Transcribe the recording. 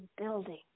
building